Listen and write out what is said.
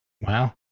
Wow